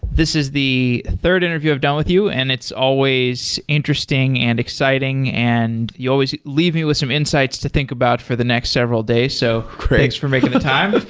this is the third interview i've done with you, and it's always interesting and exciting and you always leave me with some insights to think about for the next several days. so thanks for making the time.